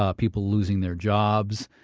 ah people losing their jobs,